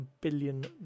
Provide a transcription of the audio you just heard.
billion